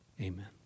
Amen